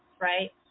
right